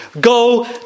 Go